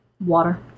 water